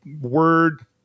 word